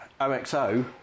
OXO